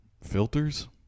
Filters